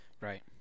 Right